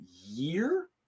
year